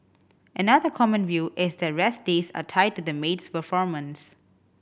another common view is the rest days are tied to the maid's performance